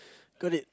got it